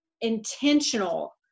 intentional